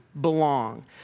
belong